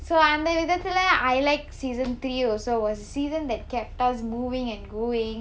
so அந்த விதத்துல:antha vithathula I like season three also was season that kept us moving and grooving